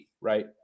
right